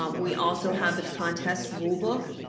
ah we also have the contest rulebook,